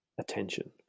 attention